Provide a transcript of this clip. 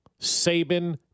Saban